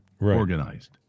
organized